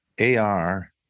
AR